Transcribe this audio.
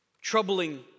troubling